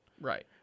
Right